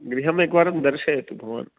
गृहम् एकवारं दर्शयतु भवान्